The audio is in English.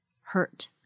hurt